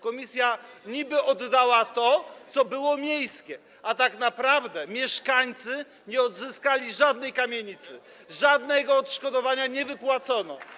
Komisja niby oddała to, co było miejskie, a tak naprawdę mieszkańcy nie odzyskali żadnej kamienicy, żadnego odszkodowania nie wypłacono.